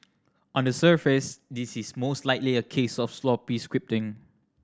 on the surface this is most likely a case of sloppy scripting